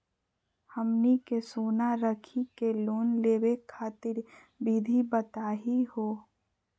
हमनी के सोना रखी के लोन लेवे खातीर विधि बताही हो?